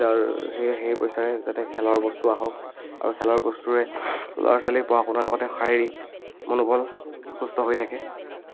যাৰ সেই সেই পইচাৰে যাতে খেলৰ বস্তু আহক আৰু খেলৰ বস্তুৰে ল'ৰা ছোৱালীক পঢ়া শুনাৰ লগতে শাৰীৰিক মনোবল সুস্থ হৈ থাকে